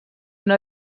una